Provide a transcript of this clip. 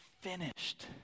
finished